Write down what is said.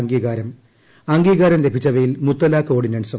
അംഗീകാരം അംഗീകാരം ലഭിച്ചവയിൽ മുത്തലാഖ് ഓർഡിനൻസും